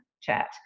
chat